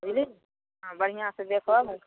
बुझलिऐ हँ बढ़िआँ से देखब